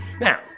Now